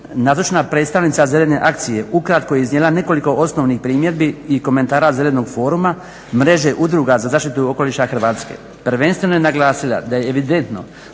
Nazočna predstavnica Zelene akcije ukratko je iznijela nekoliko osnovnih primjedbi i komentara Zelenog foruma, mreže udruga za zaštitu okoliša Hrvatske. Prvenstveno je naglasila da je evidentno